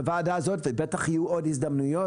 בוועדה הזאת ובטח יהיו עוד הזדמנויות,